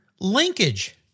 Linkage